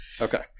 Okay